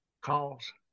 calls